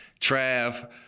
Trav